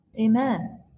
Amen